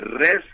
rest